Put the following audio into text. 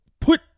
put